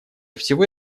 всего